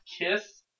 Kiss